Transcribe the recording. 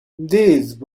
these